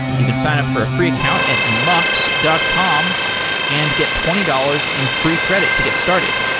you can sign up for a free account at mux dot com and get twenty dollars in free credit to get started.